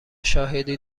شاهدی